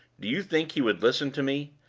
do you think he would listen to me?